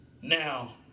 Now